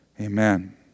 Amen